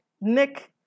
Nick